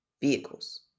Vehicles